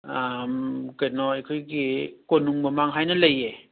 ꯀꯩꯅꯣ ꯑꯩꯈꯣꯏꯒꯤ ꯀꯣꯅꯨꯡ ꯃꯃꯥꯡ ꯍꯥꯏꯅ ꯂꯩꯌꯦ